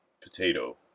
potato